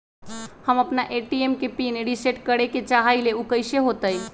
हम अपना ए.टी.एम के पिन रिसेट करे के चाहईले उ कईसे होतई?